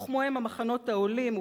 וכמוהם "המחנות העולים",